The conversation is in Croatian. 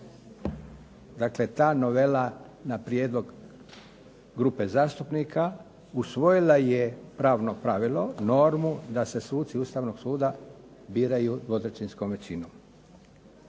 Dakle, ta novela na prijedlog grupe zastupnika usvojila je pravno pravilo, normu da se suci Ustavnog suda biraju dvotrećinskom većinom.